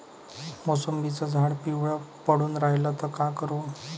मोसंबीचं झाड पिवळं पडून रायलं त का करू?